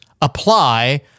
apply